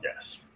Yes